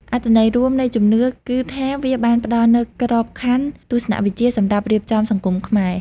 អត្ថន័យរួមនៃជំនឿគឺថា វាបានផ្ដល់នូវក្របខណ្ឌទស្សនវិជ្ជាសម្រាប់រៀបចំសង្គមខ្មែរ។